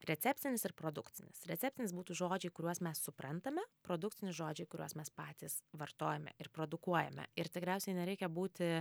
recepcinis ir produkcinis recepcinis būtų žodžiai kuriuos mes suprantame produkcinis žodžiai kuriuos mes patys vartojame ir produkuojame ir tikriausiai nereikia būti